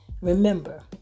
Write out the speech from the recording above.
Remember